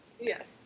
Yes